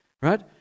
right